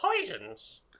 Poisons